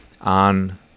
on